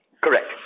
Correct